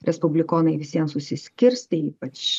respublikonai visiem susiskirstė ypač